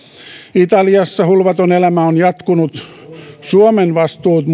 italiassa hulvaton elämä on jatkunut suomen vastuut